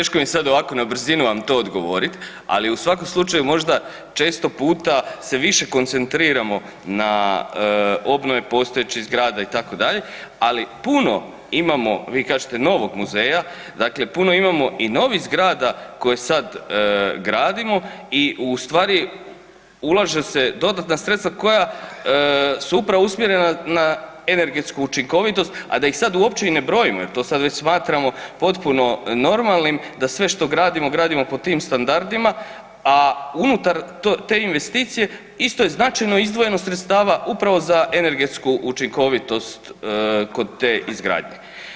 Pa teško mi je sad ovako na brzinu vam to odgovorit, ali u svakom slučaju možda često puta se više koncentriramo na obnove postojećih zgrada itd., ali puno imamo, vi kažete novog muzeja, dakle puno imamo i novih zgrada koje sad gradimo i u stvari ulažu se dodatna koja su upravo usmjerena na energetsku učinkovitost, a da ih sad uopće ni ne brojimo jer to sad već smatramo potpuno normalnim da sve što gradimo, gradimo po tim standardima, a unutar te investicije isto je značajno izdvojeno sredstava upravo za energetsku učinkovitost kod te izgradnje.